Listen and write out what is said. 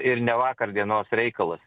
ir ne vakar dienos reikalas